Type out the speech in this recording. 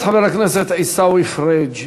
אז חבר הכנסת עיסאווי פריג',